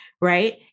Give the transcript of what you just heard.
right